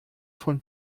von